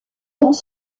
dans